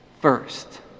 first